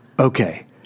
Okay